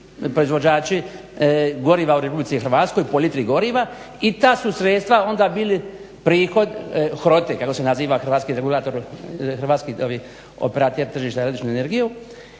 proizvođači goriva u RH po litri goriva i ta su sredstva onda bili prihod HROTE kako se naziva Hrvatski operater tržišta za električnu energiju